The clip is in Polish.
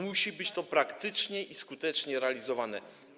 Musi to być praktycznie i skutecznie realizowane.